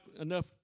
enough